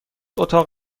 اتاق